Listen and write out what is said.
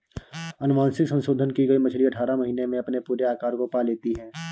अनुवांशिक संशोधन की गई मछली अठारह महीने में अपने पूरे आकार को पा लेती है